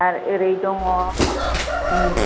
आर ओरै दङ